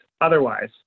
otherwise